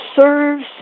serves